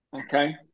okay